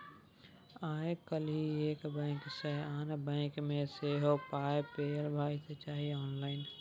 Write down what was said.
आय काल्हि एक बैंक सँ आन बैंक मे सेहो पाय भेजल जाइत छै आँनलाइन